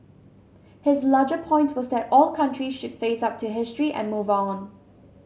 his larger point was that all countries should face up to history and move on